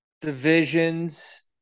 Divisions